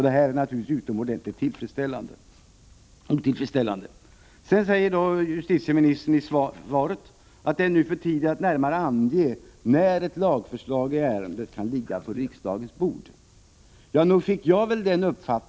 Det här är naturligtvis otillfredsställande. Sedan säger justitieministern i svaret att det ännu är ”för tidigt att närmare ange när ett lagförslag i ärendet kan ligga på riksdagens bord”.